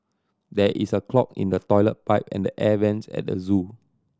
there is a clog in the toilet pipe and the air vents at the zoo